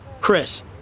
Chris